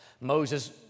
Moses